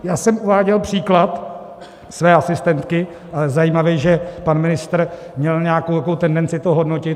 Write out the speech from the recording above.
Já jsem uváděl příklad své asistentky a je zajímavé, že pan ministr měl nějakou takovou tendenci to hodnotit.